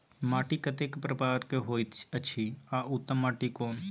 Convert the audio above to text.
माटी कतेक प्रकार के होयत अछि आ उत्तम माटी कोन?